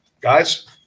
guys